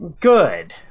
good